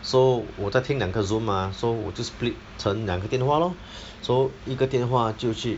so 我在听两个 Zoom mah so 我就 split 成两个电话 lor so 一个电话就去